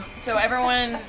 so everyone